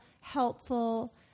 helpful